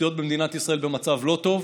התשתיות במדינת ישראל במצב לא טוב,